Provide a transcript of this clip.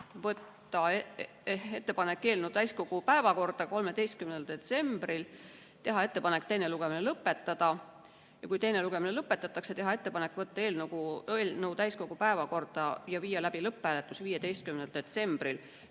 teha ettepanek võtta eelnõu täiskogu päevakorda 13. detsembriks, teha ettepanek teine lugemine lõpetada ja kui teine lugemine lõpetatakse, teha ettepanek võtta eelnõu täiskogu päevakorda ja viia läbi lõpphääletus 15. detsembril.